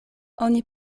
oni